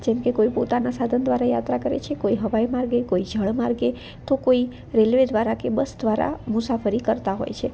જેમકે કોઈ પોતાના સાધન દ્વારા યાત્રા કરે છે કોઈ હવાઈ માર્ગે કોઈ જળ માર્ગે તો કોઈ રેલ્વે દ્વારા કે બસ દ્વારા મુસાફરી કરતા હોય છે